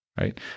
right